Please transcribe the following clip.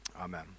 Amen